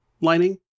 lining